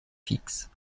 fixe